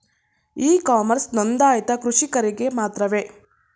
E commerce ನೊಂದಾಯಿತ ಕೃಷಿಕರಿಗೆ ಮಾತ್ರವೇ?